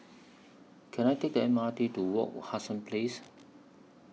Can I Take The M R T to Wak Hassan Place